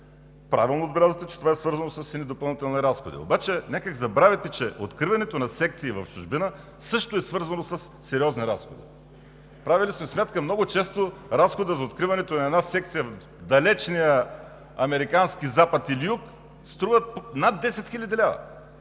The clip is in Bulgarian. Правилно отбелязахте, че това е свързано с допълнителни разходи. Обаче някак забравяте, че откриването на секции в чужбина също е свързано със сериозни разходи. Правили сме сметка, много често разходът за откриването на една секция в далечния американски Запад или Юг струва над 10 000 лв.